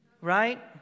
right